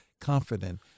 Confident